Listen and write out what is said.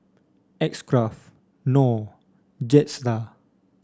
X Craft Knorr Jetstar